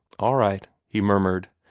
all right, he murmured,